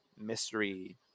Mystery